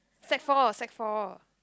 sec four sec four